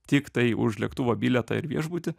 tiktai už lėktuvo bilietą ir viešbutį